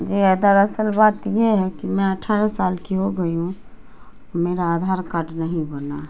جی ا در اصل بات یہ ہے کہ میں اٹھارہ سال کی ہو گئی ہوں میرا آدھار کارڈ نہیں بنا